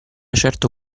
certo